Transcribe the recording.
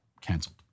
canceled